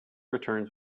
returns